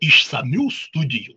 išsamių studijų